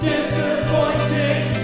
Disappointing